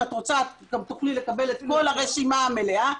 אם את רוצה, תוכלי לקבל את כל הרשימה המלאה.